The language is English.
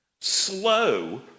slow